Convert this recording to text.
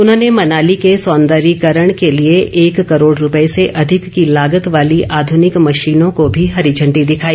उन्होंने मनाली के सौंदर्यीकरण के लिए एक करोड़ रूपए से अधिक की लागत वाली आधुनिक मशीनों को भी हरी झण्डी दिखाई